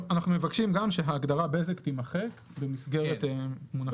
אנחנו מבקשים גם שההגדרה "בזק" תימחק במסגרת המונחים.